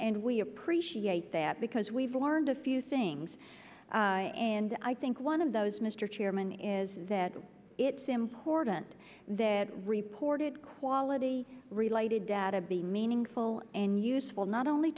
and we appreciate that because we've learned a few things and i think one of those mr chairman is that it's important that reported quality related data be meaningful and useful not only